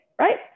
right